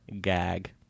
gag